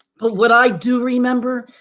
but what i do remember,